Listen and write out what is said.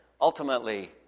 ultimately